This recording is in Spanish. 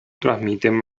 transmiten